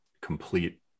complete